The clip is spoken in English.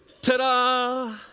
ta-da